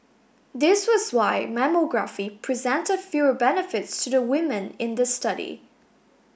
this was why mammography present fewer benefits to the women in the study